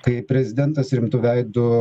kai prezidentas rimtu veidu